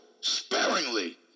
sparingly